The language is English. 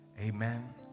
amen